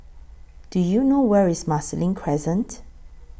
Do YOU know Where IS Marsiling Crescent